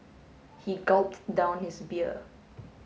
he gulped down his beer